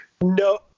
No